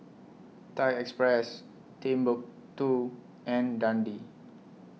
Thai Express Timbuk two and Dundee